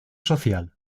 social